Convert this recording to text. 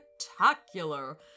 spectacular